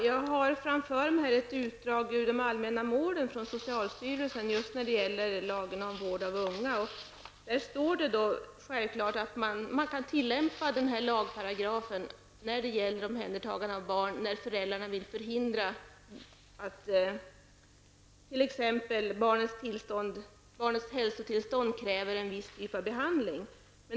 Fru talman! Jag har ett utdrag från de allmänna målen skrivna av socialstyrelsen när det gäller lagen om vård av unga. Där framgår det att lagparagrafen kan tillämpas när det gäller omhändertagande av barn när föräldrarna vill förhindra en viss behandling när barnets hälsotillstånd kräver den.